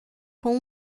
com